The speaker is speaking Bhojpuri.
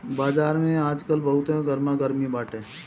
बाजार में आजकल बहुते गरमा गरमी बाटे